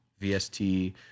vst